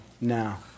now